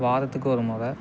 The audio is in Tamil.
வாரத்துக்கு ஒரு முறை